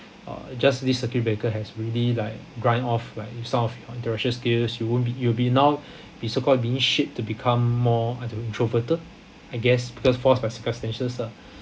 or just this circuit breaker has really like grind off like some of your interaction skills you won't be you will be now be so called being shaped to become more I don't know introverted I guess because forced by circumstances lah